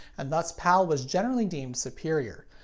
and thus pal was generally deemed superior.